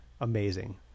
amazing